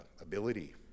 ability